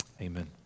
amen